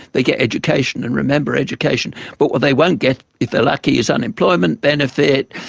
they get education, and remember education, but what they won't get, if they're lucky, is unemployment benefit,